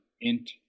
int